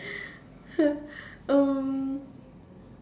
um